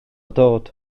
dod